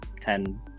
ten